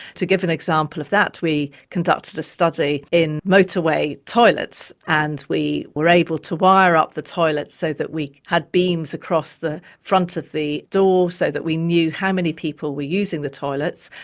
to give an example of that, we conducted a study in motorway toilets, and we were able to wire up the toilet so that we had beams across the front of the door so that we knew how many people were using the toilets,